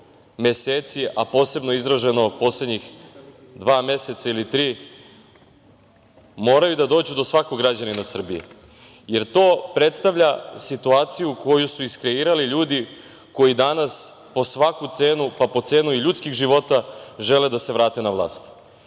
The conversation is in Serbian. meseci, a posebno izraženo poslednjih dva meseca ili tri, moraju da dođu do svakog građana Srbije, jer to predstavlja situaciju koju su iskreirali ljudi koji danas po svaku cenu, pa po cenu i ljudskih života žele da se vrate na